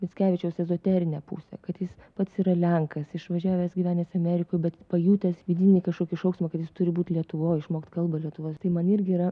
mickevičiaus ezoterinė pusė kad jis pats yra lenkas išvažiavęs gyvenęs amerikoj bet pajutęs vidinį kažkokį šauksmą kad jis turi būt lietuvoj išmokt kalbą lietuvos tai man irgi yra